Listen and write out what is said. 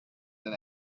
than